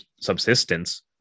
subsistence